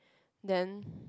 then